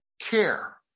care